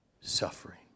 suffering